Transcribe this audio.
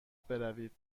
بروید